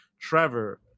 Trevor